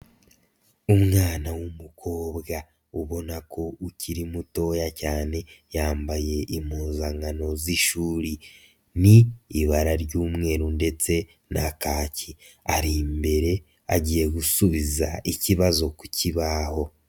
Umwana w'umukobwa ubona ko ukiri mutoya cyane yambaye impuzankano z'ishuri, ni ibara ry'umweru ndetse na kaki, ari imbere agiye gusubiza ikibazo ku kibaho.